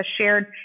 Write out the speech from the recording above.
shared